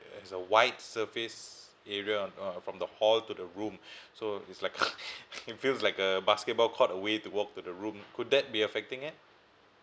has a wide surface area from the hall to the room so it's like it feels like a basketball court away to walk to the room could that be affecting it